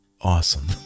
awesome